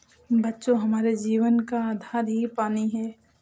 बच्चों हमारे जीवन का आधार ही पानी हैं